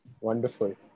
wonderful